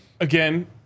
Again